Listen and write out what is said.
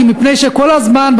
מפני שכל הזמן,